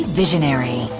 visionary